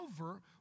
over